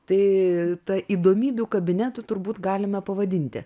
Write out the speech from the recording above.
tai ta įdomybių kabinetu turbūt galime pavadinti